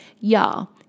y'all